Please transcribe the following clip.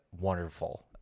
wonderful